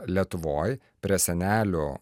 lietuvoj prie senelių